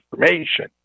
information